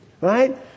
Right